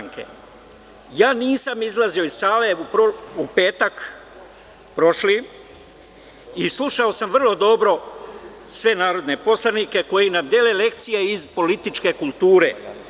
Nisam izlazio iz sale u petak prošli i slušao sam vrlo dobro sve narodne poslanike koji nam dele lekcije iz političke kulture.